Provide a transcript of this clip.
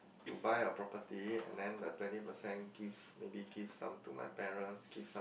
to buy a property and then the twenty percent give maybe give some to my parents give some